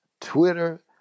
Twitter